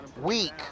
week